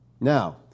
Now